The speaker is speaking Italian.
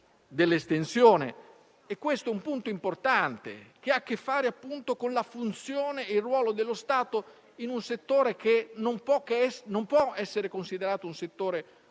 Si tratta di un punto importante che ha a che fare con la funzione e il ruolo dello Stato in un settore che non può essere considerato uno come